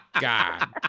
God